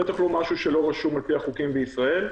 בטח לא במשהו שלא רשום על פי החוקים בישראל.